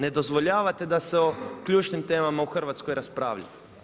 Ne dozvoljavate da se o ključnim temama u Hrvatskoj raspravlja.